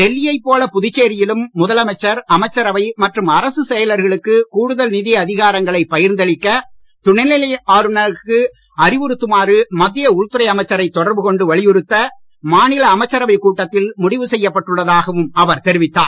டெல்ல யைப் போல புதுச்சேரியிலும் முதலமைச்சர் அமைச்சரவை மற்றும் அரசுச் செயலர்களுக்கு கூடுதல் நிதி அதிகாரங்களைப் பகிர்ந்தளிக்க துணைநிலை ஆளுனருக்கு அறிவுறுத்துமாறு மத்திய உள்துறை அமைச்சரை தொடர்பு கொண்டு வலியுறுத்த மாநில அமைச்சர்கள் கூட்டத்தில் முடிவு செய்யப் பட்டுள்ளதாகவும் அவர் தெரிவித்தார்